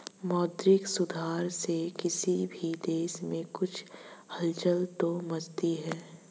मौद्रिक सुधार से किसी भी देश में कुछ हलचल तो मचती है